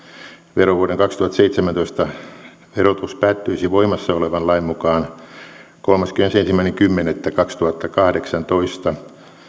verovuoden kaksituhattaseitsemäntoista verotus päättyisi voimassa olevan lain mukaan kolmaskymmenesensimmäinen kymmenettä kaksituhattakahdeksantoista